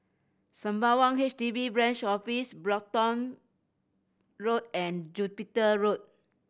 Sembawang H D B Branch Office Brompton Road and Jupiter Road